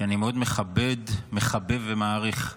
שאני מאוד מכבד, מחבב ומעריך.